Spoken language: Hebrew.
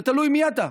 זה תלוי מי אתה.